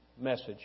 message